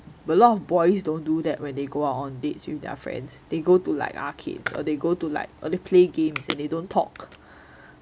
but a lot of boys don't do that when they go out on dates with their friends they go to like arcades or they go to like or they play games and they don't talk